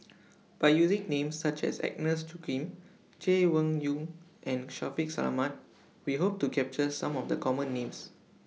By using Names such as Agnes Joaquim Chay Weng Yew and Shaffiq Selamat We Hope to capture Some of The Common Names